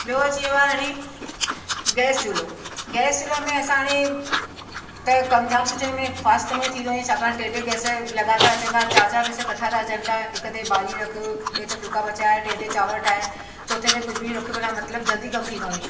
ॿियो अची वियो आहे हाणे गैस चुलो गैस चुले में असां हाणे त कमु जाम सुठे में फास्ट में थी थो वञे छाकणि टे टे गैस लगातारु अचंदा चारि चारि पीस कठा त अचनि पिया हिकु ते भाॼी रखि ॿिए ते फुल्का पचाए टे ते चांवर ठाहे चौथे ते कुझु बि रखि माना मतिलबु जल्दी कम थी थो